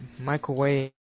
microwave